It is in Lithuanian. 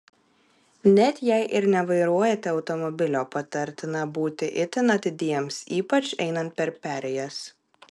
net jei ir nevairuojate automobilio patartina būti itin atidiems ypač einant per perėjas